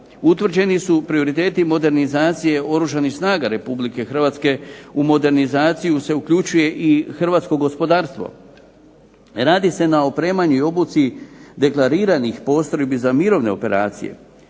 Utvrđeni su prioriteti modernizacije Oružanih snaga RH. U modernizaciju se uključuje i hrvatsko gospodarstvo. Radi se na opremanju i obuci deklariranih postrojbi za mirovne operacije.